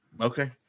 Okay